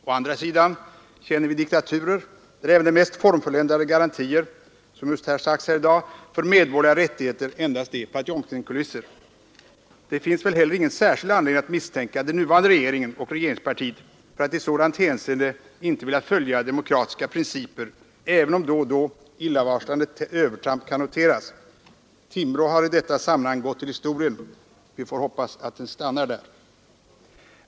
Å andra sidan känner vi diktaturer där även de mest formfulländade garantier för medborgerliga rättigheter — det har just sagts här i dag — endast är Potemkinkulisser. Det finns väl heller ingen särskild anledning att misstänka den nuvarande regeringen och regeringspartiet för att i detta hänseende inte vilja följa demokratiska principer, även om då och då illavarslande övertramp kan noteras. Timrå har i detta sammanhang gått till historien. Vi får hoppas att det stannar där.